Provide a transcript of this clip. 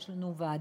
יש לנו ועדה,